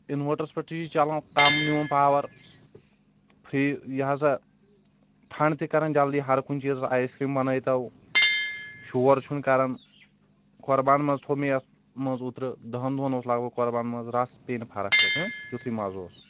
انوٲٹرس پٮ۪ٹھ تہِ چھُ یہِ چلان کم نِوان پاور فری یہِ ہسا ٹھنڈ تہِ کران جلدی ہر کُنہِ چیزس آیسکریم بنٲے تو شور چھُنہٕ کران قۄربان ماز تھوٚو مےٚ یتھ منٛز اوترٕ دہن دۄہن اوس لگ بگ قۄربان ماز رژھ پے نہٕ فرق تتھ تیُتھُے مزٕ اوس